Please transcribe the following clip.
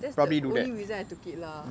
that's the only reason I took it lah